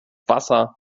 wasser